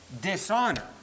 dishonor